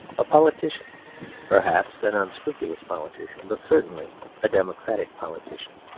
a politician perhaps an unscrupulous politician but certainly a democratic politician.